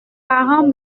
parents